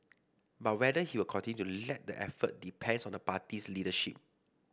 but whether he will continue to lead the effort depends on the party's leadership